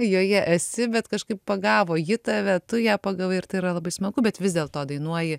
joje esi bet kažkaip pagavo ji tave tu ją pagavai ir tai yra labai smagu bet vis dėlto dainuoji